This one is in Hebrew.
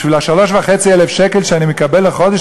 בשביל 3,500 השקל שאני מקבל לחודש,